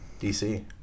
DC